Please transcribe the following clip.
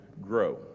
grow